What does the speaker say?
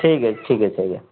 ଠିକ୍ ଅଛି ଠିକ୍ ଅଛି ଆଜ୍ଞା